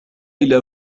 إلى